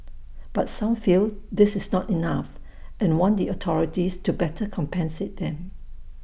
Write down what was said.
but some feel this is not enough and want the authorities to better compensate them